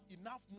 enough